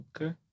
Okay